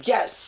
Yes